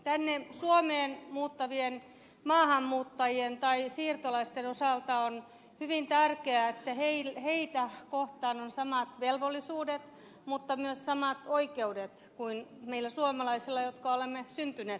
tänne suomeen muuttavien maahanmuuttajien tai siirtolaisten osalta on hyvin tärkeää että heillä on samat velvollisuudet mutta myös samat oikeudet kuin meillä suomalaisilla jotka olemme syntyneet täällä